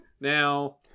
Now